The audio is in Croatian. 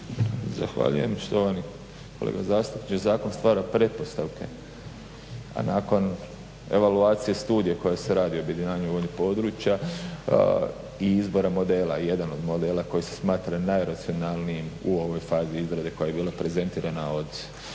Zahvaljujem. Poštovani kolega zastupniče zakon stvara pretpostavke, a nakon evaluacije studije koja se radi o objedinjavanju vodnih područja i izbora modela, jedan od modela koji se smatraju najracionalnijim u ovoj fazi izrade koja je bila prezentirana od